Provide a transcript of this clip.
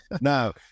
Now